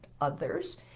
others